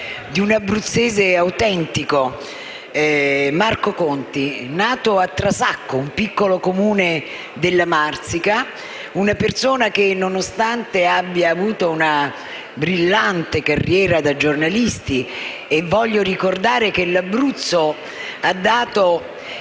un abruzzese autentico. Marco Conti era nato a Trasacco, un piccolo Comune della Marsica. Nonostante abbia avuto una brillante carriera da giornalista - voglio ricordare che l'Abruzzo ha dato